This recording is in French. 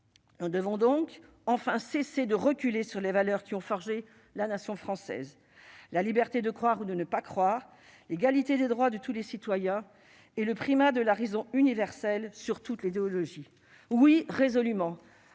Nous devons donc enfin cesser de reculer sur les valeurs qui ont forgé la nation française : la liberté de croire ou de ne pas croire, l'égalité des droits de tous les citoyens et le primat de la raison universelle sur toutes les théologies. Oui, résolument,